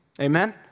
Amen